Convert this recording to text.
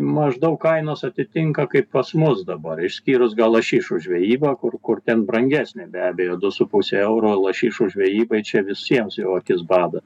maždaug kainos atitinka kaip pas mus dabar išskyrus gal lašišų žvejybą kur kur ten brangesnė be abejo du su puse euro lašišų žvejybai čia visiems jau akis bado